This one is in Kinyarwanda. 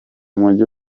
mujyi